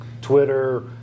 Twitter